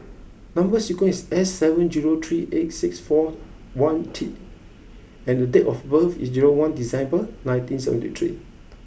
number sequence is S seven zero three eight six four one T and date of birth is zero one December nineteen seventy three